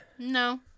No